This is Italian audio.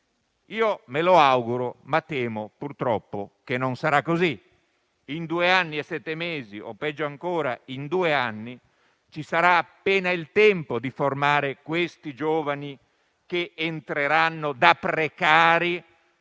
Me lo auguro, ma temo purtroppo che non sarà così. In due anni e sette mesi, o peggio ancora in due anni, ci sarà appena il tempo di formare questi giovani, che entreranno da precari